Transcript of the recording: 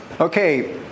Okay